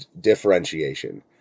differentiation